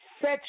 set